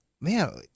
Man